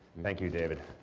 thank you, david.